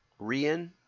Rian